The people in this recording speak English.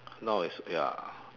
now is ya